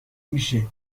میشه